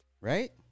Right